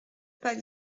pas